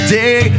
day